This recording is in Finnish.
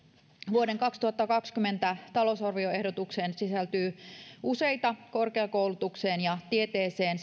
vuoden kaksituhattakaksikymmentä talousarvioehdotukseen sisältyy useita korkeakoulutukseen ja tieteeseen